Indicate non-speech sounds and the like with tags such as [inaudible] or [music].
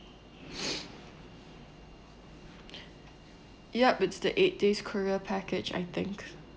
[noise] [breath] yup it's the eight days korea package I think